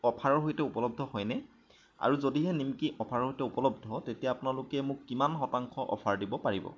অফাৰৰ সৈতে উপলব্ধ হয়নে আৰু যদিহে নিমকি অফাৰৰ সৈতে উপলব্ধ তেতিয়া আপোনালোকে মোক কিমান শতাংশ অফাৰ দিব পাৰিব